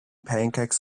pancakes